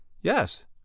yes